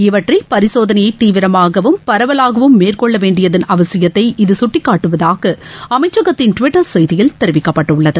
இவற்றில் பரிசோதனையை தீவிரமாகவும் பரவலாகவும் மேற்கொள்ள வேண்டியதன் அவசியத்தை இது சுட்டிக்காட்டுவதாக அமைச்சகத்தின் டுவிட்டர் செய்தியில் தெரிவிக்கப்பட்டுள்ளது